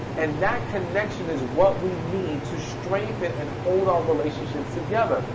and that connection is what we need to strengthen and hold our relationships together.